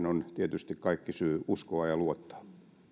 on tietysti kaikki syy uskoa ja luottaa